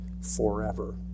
forever